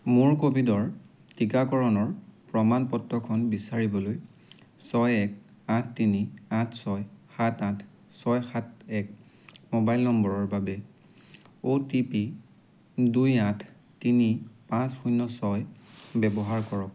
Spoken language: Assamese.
মোৰ ক'ভিডৰ টিকাকৰণৰ প্ৰমাণ পত্ৰখন বিচাৰিবলৈ ছয় এক আঠ তিনি আঠ ছয় সাত আঠ ছয় সাত এক মোবাইল নম্বৰৰ বাবে অ' টি পি দুই আঠ তিনি পাঁচ শূন্য ছয় ব্যৱহাৰ কৰক